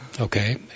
Okay